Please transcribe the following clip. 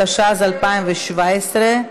התשע"ז 2017,